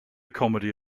comedy